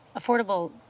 affordable